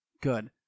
good